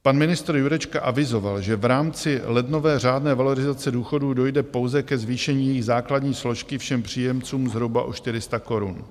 Pan ministr Jurečka avizoval, že v rámci lednové řádné valorizace důchodů dojde pouze ke zvýšení základní složky všem příjemcům zhruba o 400 korun.